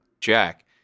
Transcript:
jack